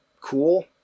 cool